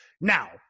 Now